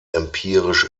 empirisch